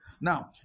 Now